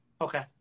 okay